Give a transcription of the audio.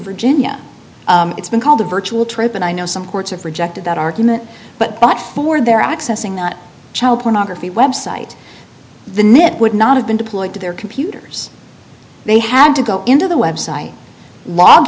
virginia it's been called a virtual trip and i know some courts have rejected that argument but but for their accessing not child pornography website the net would not have been deployed to their computers they had to go into the website log